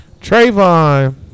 Trayvon